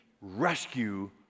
rescue